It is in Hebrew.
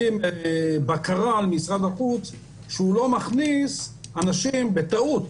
כבקרה על משרד החוץ שהוא לא מכניס אנשים בטעות.